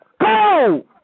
Go